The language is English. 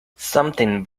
something